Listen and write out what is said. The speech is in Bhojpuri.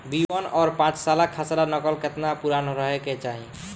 बी वन और पांचसाला खसरा नकल केतना पुरान रहे के चाहीं?